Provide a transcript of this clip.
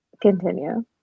continue